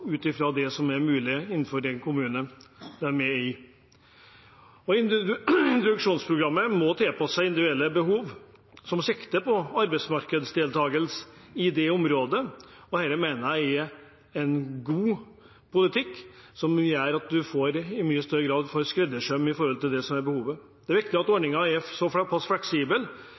ut fra hva som er mulig i den kommunen man befinner seg i. Introduksjonsprogrammet må tilpasse seg individuelle behov som tar sikte på arbeidsmarkedsdeltakelse i det enkelte området, og dette mener jeg er en god politikk som gjør at man i mye større grad får skreddersøm med tanke på hva som er behovet. Det er viktig at ordningen er såpass fleksibel